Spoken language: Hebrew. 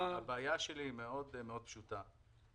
הבעיה שלי מאוד מאוד פשוטה.